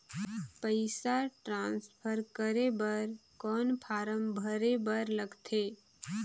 पईसा ट्रांसफर करे बर कौन फारम भरे बर लगथे?